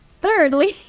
Thirdly